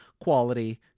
quality